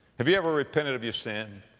have you ever repented of your sin?